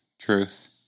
truth